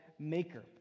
maker